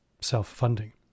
self-funding